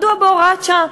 מדוע בהוראת שעה?